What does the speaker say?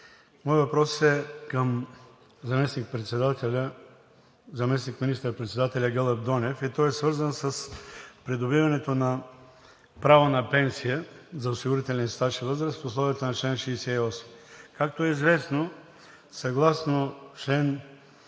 Моят въпрос е към заместник министър-председателя Гълъб Донев и е свързан с придобиването на право на пенсия за осигурителен стаж и възраст в условията на чл. 68 от КСО. Както е известно, съгласно чл.